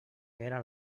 era